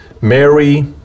Mary